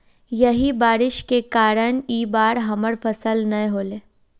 यही बारिश के कारण इ बार हमर फसल नय होले?